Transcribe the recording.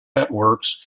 networks